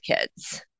kids